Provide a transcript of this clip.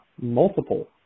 multiple